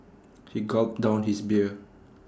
he gulped down his beer